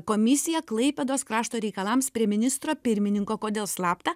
komisiją klaipėdos krašto reikalams prie ministro pirmininko kodėl slaptą